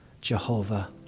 Jehovah